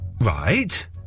Right